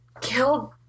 killed